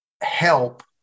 help